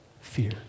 fear